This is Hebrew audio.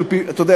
אתה יודע,